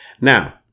Now